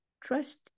trust